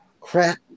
Crap